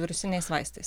virusiniais vaistais